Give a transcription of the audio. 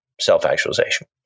self-actualization